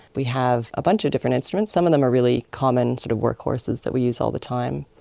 we have a bunch of different instruments, some of them are really common sort of workhorses that we use all the time.